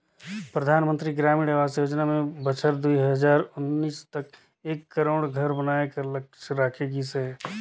परधानमंतरी ग्रामीण आवास योजना में बछर दुई हजार उन्नीस तक एक करोड़ घर बनाए कर लक्छ राखे गिस अहे